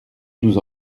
nous